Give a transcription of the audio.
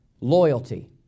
loyalty